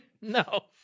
No